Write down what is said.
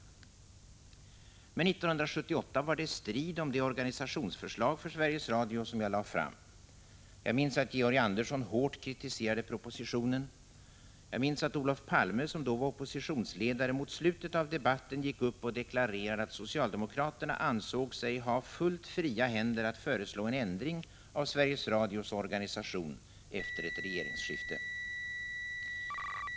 Men 1978 var det strid om det organisationsförslag för Sveriges Radio som jaglade fram. Jag minns att Georg Andersson hårt kritiserade propositionen. Jag minns att Olof Palme, som då var oppositionsledare, mot slutet av debatten gick och deklarerade att socialdemokraterna ansåg sig ha fullt fria händer att föreslå en ändring av Sveriges Radios organisation efter ett regeringsskifte.